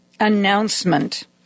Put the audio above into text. announcement